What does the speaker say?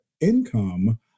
income